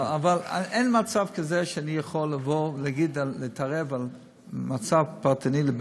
אין מצב כזה שאני יכול לבוא ולהתערב במצב פרטני של בן-אדם,